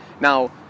Now